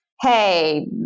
hey